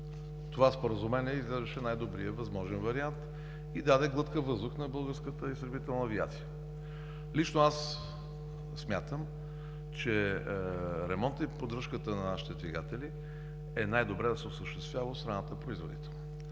това Споразумение изглеждаше най-добрият възможен вариант и даде глътка въздух на българската изтребителна авиация. Лично аз смятам, че ремонтът и поддръжката на нашите двигатели е най-добре да се осъществява от страната производител.